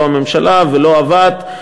לא הממשלה ולא הוועד.